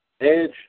Edge